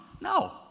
no